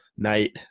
night